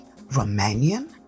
Romanian